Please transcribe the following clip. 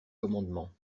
commandements